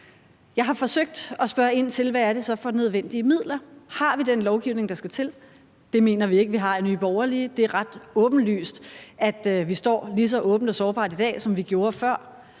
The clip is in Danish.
Jeg har forsøgt at spørge ind til, hvad det så er for nødvendige midler. Har vi den lovgivning, der skal til? Det mener vi i Nye Borgerlige ikke vi har. Det er ret åbenlyst, at vi står lige så åbent og sårbart i dag, som vi gjorde før.